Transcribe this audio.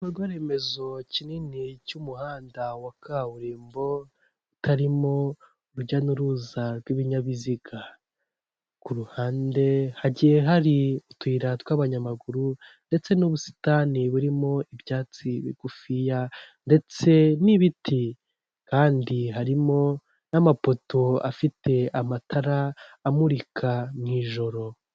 Igikorwaremezo kinini cy'umuhanda wa kaburimbo kitarimo urujya n'uruza rw'ibinyabiziga, ku ruhande ha hari utuyira tw'abanyamaguru ndetse n'ubusitani burimo ibyatsi bigufiya ndetse n'ibiti, kandi harimo n'amapoto afite amatara amurika n'ijoro.